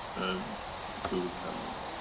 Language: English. and it will carry on.